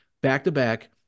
back-to-back